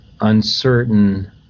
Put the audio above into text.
uncertain